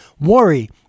worry